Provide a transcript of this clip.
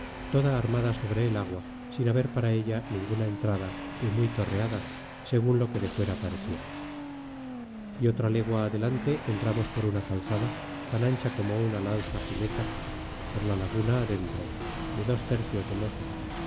toda armada sobre el agua sin haber para ella ninguna entrada y muy torreada segun lo que de fuera parecia e otra legua adelante entramos por una calzada tan ancha como una lanza gineta por la laguna adentro de dos tercios de legua